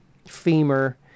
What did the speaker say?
femur